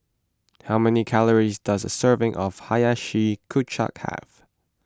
how many calories does a serving of Hiyashi Chuka have